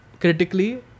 critically